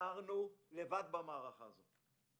נשארנו לבד במערכה הזאת.